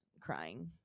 crying